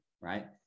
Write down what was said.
right